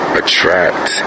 attract